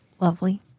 lovely